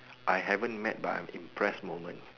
I haven't mad but I'm impress moment